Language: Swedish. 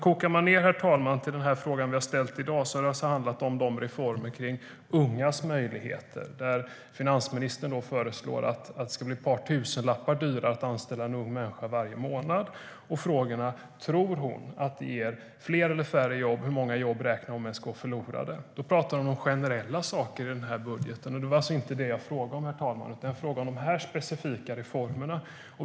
Kokar vi ned det till den fråga vi ställt i dag, herr talman, har det handlat om reformer för ungas möjligheter. Där föreslår finansministern att det ska bli ett par tusenlappar dyrare varje månad att anställa en ung människa. På frågorna om hon tror att det ger fler eller färre jobb och hur många jobb hon räknar med ska gå förlorade svarar hon med att tala om generella saker i budgeten. Det var alltså inte det jag frågade om, herr talman, utan jag frågade om de specifika reformerna.